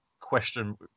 question